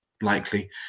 likely